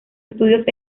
estudios